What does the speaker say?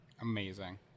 Amazing